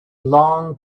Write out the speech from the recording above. long